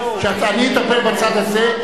שאני אטפל בצד הזה,